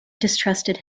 distrusted